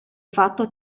fatto